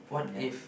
ya